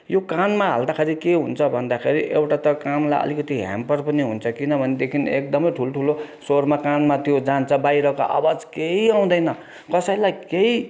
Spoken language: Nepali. यो कानमा हाल्दाखेरि के हुन्छ भन्दाखेरि एउटा त कानलाई अलिकति हेम्पर पनि हुन्छ किनभनेदेखि एकदमै ठुल्ठुलो स्वरमा कानमा त्यो जान्छ बाहिरको आवाज केही आउँदैन कसैलाई केही